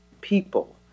people